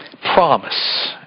promise